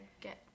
get